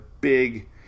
big